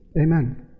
Amen